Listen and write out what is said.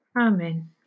Amen